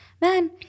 man